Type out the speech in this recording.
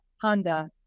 Honda